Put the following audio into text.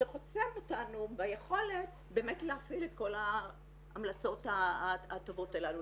שחוסם אותנו ביכולת באמת להפעיל את כל ההמלצות הטובות הללו.